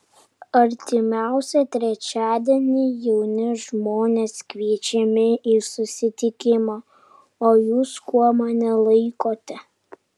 artimiausią trečiadienį jauni žmonės kviečiami į susitikimą o jūs kuo mane laikote